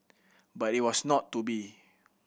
but it was not to be